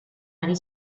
ari